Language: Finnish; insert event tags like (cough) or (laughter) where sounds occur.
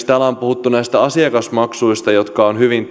(unintelligible) täällä on puhuttu esimerkiksi näistä asiakasmaksuista jotka ovat hyvin (unintelligible)